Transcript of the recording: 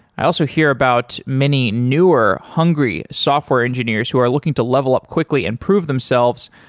i also hear about many newer, hungry software engineers who are looking to level up quickly and prove themselves